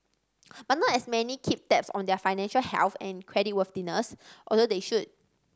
but not as many keep tabs on their financial health and creditworthiness although they should